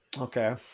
Okay